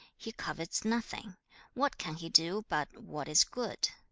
he covets nothing what can he do but what is good!